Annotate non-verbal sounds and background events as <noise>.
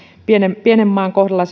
pienen pienen maan kohdalla <unintelligible>